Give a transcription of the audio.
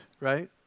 right